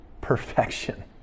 perfection